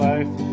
Life